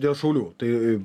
dėl šaulių tai